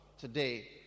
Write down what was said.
today